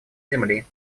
земли